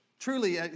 Truly